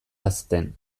hazten